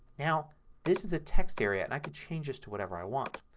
now this is a text area and i can change this to whatever i want.